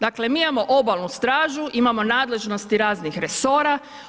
Dakle, mi imamo obalnu stražu, imamo nadležnosti raznih resora.